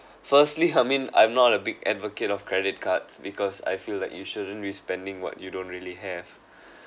firstly I mean I'm not a big advocate of credit cards because I feel like you shouldn't be spending what you don't really have